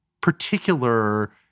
particular